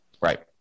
Right